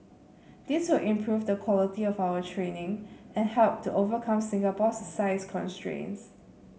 this will improve the quality of our training and help to overcome Singapore's size constraints